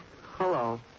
Hello